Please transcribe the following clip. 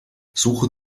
suche